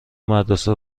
مدرسه